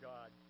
God